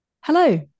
Hello